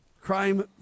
crime